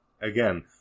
again